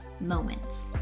moments